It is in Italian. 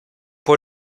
può